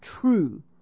true